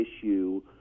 issue